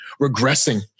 regressing